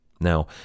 Now